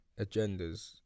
agendas